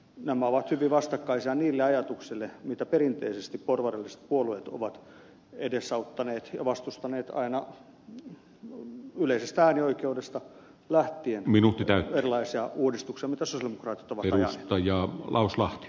nämä ovat hyvin vastakkaisia niille ajatuksille mitä perinteisesti porvarilliset puolueet ovat edesauttaneet ja vastustaneet aina yleisestä äänioikeudesta lähtien erilaisille uudistuksille mitä sosialidemokraatit ovat ajaneet